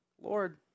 Lord